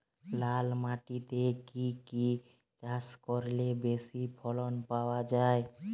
লাল মাটিতে কি কি চাষ করলে বেশি ফলন পাওয়া যায়?